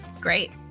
Great